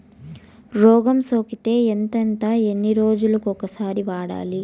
రోగం సోకితే ఎంతెంత ఎన్ని రోజులు కొక సారి వాడాలి?